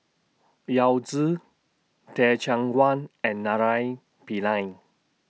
Yao Zi Teh Cheang Wan and Naraina Pillai